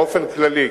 באופן כללי,